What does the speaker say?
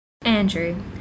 Andrew